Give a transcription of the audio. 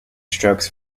strokes